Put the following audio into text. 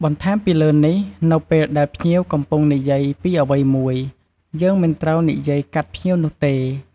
បន្ថែមពីលើនេះ នៅពេលដែលភ្ញៀវកំពុងនិយាយពីអ្វីមួយ យើងមិនត្រូវនិយាយកាត់ភ្ញៀវនោះទេ។